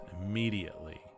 immediately